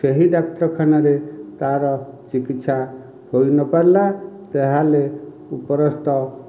ସେହି ଡାକ୍ତରଖାନାରେ ତାହାର ଚିକିତ୍ସା ହୋଇନପରିଲା ତାହେଲେ ଉପରସ୍ଥ